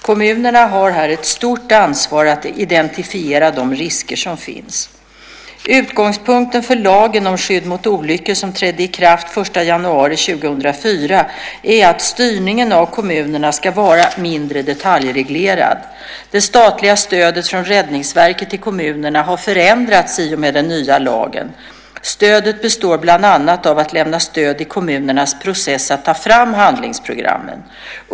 Kommunerna har här ett stort ansvar att identifiera de risker som finns. Utgångspunkten för lagen om skydd mot olyckor, som trädde i kraft den 1 januari 2004, är att styrningen av kommunerna ska vara mindre detaljreglerad. Det statliga stödet från Räddningsverket till kommunerna har förändrats i och med den nya lagen. Stödet består bland annat av att lämna stöd i kommunernas process att ta fram handlingsprogrammen.